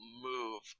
move